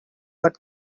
what